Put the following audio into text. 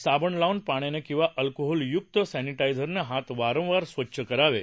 साबण लावून पाण्याने किंवा अल्कोहोलयूक सर्विटाइझरने हात वारंवार स्वच्छ करावे